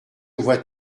vois